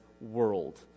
world